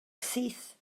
syth